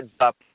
up